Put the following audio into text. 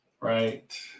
right